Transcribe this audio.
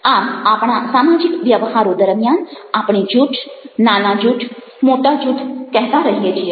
આમ આપણા સામાજિક વ્યવહારો દરમિયાન આપણે જૂઠ નાના જૂઠ મોટા જૂઠ કહેતા રહીએ છીએ